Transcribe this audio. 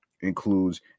includes